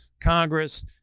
Congress